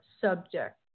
subject